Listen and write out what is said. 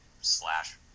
slash